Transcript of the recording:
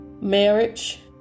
marriage